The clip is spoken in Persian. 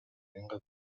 انقدر